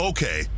Okay